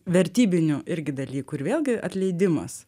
vertybinių irgi dalykų ir vėlgi atleidimas